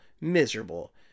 miserable